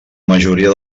majoria